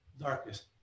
darkness